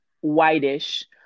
whitish